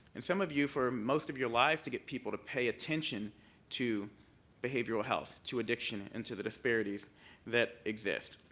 and some of you for most of your lives to get people to pay attention to behavioral health, to addiction and to the disparities that exist.